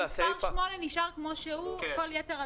ומספר 8 נשאר כמו שהוא, בכל יתר הדברים.